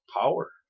power